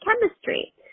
chemistry